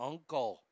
Uncle